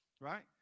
Right